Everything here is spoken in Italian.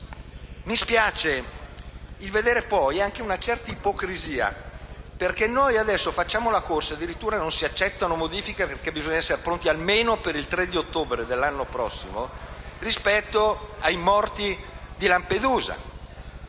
Mi spiace di vedere, poi, anche una certa ipocrisia perché noi, adesso, facciamo una corsa e addirittura non si accettano modifiche al testo perché bisogna essere pronti almeno per il 3 ottobre dell'anno prossimo per i morti di Lampedusa.